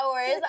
hours